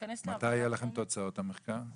מתי יהיו לכם תוצאות המחקר?